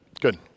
good